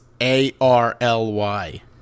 A-R-L-Y